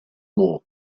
more